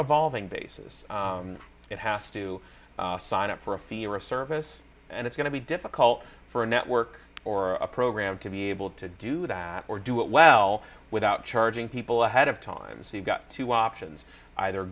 revolving basis it has to sign up for a fee or a service and it's going to be difficult for a network or a program to be able to do that or do it well without charging people ahead of time so you've got two options either